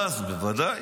בוודאי.